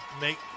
make